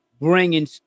bringing